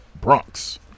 Bronx